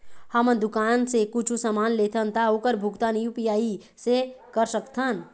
हमन दुकान से कुछू समान लेथन ता ओकर भुगतान यू.पी.आई से कर सकथन?